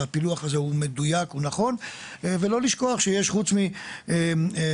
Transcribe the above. והפילוח הזה הוא מדויק ונכון ולא לשכוח שחוץ מההגדרות